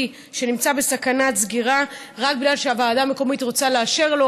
שנמצא בסכנת סגירה רק בגלל שהוועדה המקומית רוצה לאשר לו,